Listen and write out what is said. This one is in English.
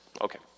Okay